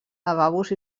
lavabos